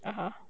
(uh huh)